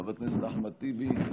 חבר הכנסת אחמד טיבי,